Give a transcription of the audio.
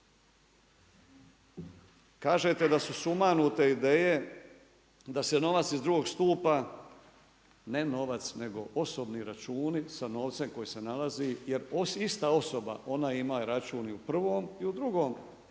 Kažete da su sumanute ideje da se novac iz drugog stupa, ne novac nego osobni računi sa novcem koji se nalazi jer ista osoba ona ima račun i u prvom i u drugom